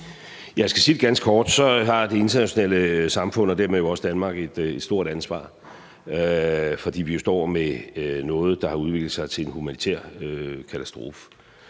jeg skal sige det ganske kort, har det internationale samfund og dermed også Danmark et stort ansvar, fordi vi jo står med noget, der har udviklet sig til en humanitær katastrofe